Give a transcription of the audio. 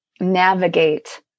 navigate